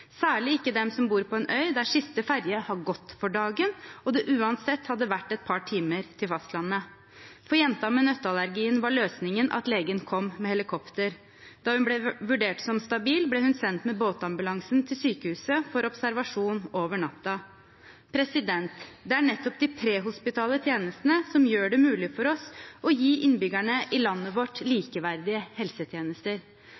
særlig ikke de som bor på en øy der siste ferje har gått for dagen, og det uansett hadde vært et par timer til fastlandet. For jenta med nøtteallergien var løsningen at legen kom med helikopter. Da hun ble vurdert som stabil, ble hun sendt med båtambulansen til sykehuset for observasjon over natten. Det er nettopp de prehospitale tjenestene som gjør det mulig for oss å gi innbyggerne i landet vårt